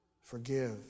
Forgive